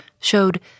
showed